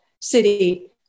city